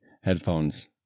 headphones